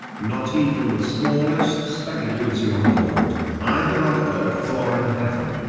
not even the smallest speck eludes your lord, either on earth or in heaven.